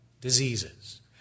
diseases